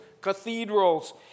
cathedrals